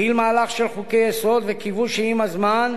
התחיל מהלך של חוקי-יסוד, וקיוו שעם הזמן,